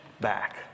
back